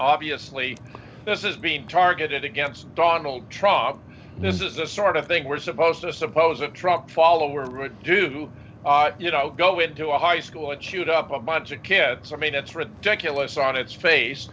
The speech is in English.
obviously this is being targeted against donald trump this is a sort of thing we're supposed to suppose a drug follower would do go into a high school and shoot up a bunch of kids i mean it's ridiculous on its face